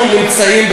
בואו נמשיך.